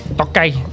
Okay